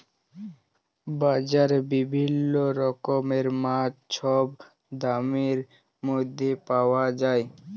বাজারে বিভিল্ল্য রকমের মাছ ছব দামের ম্যধে পাউয়া যায়